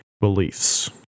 beliefs